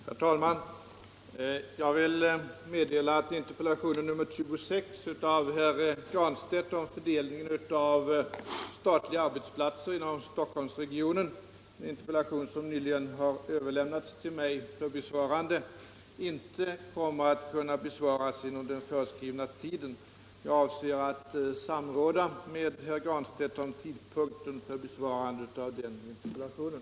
Herr talman! Jag vill meddela att interpellationen nr 26 av herr Granstedt om fördelningen av statliga arbetsplatser inom Stockholmsregionen — en interpellation som nyligen har överlämnats till mig för besvarande - inte kommer att kunna besvaras inom den föreskrivna tiden. Jag avser att samråda med herr Granstedt om tidpunkten för besvarande av interpellationen.